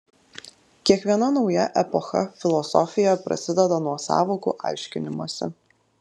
kiekviena nauja epocha filosofijoje prasideda nuo sąvokų aiškinimosi